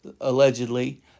allegedly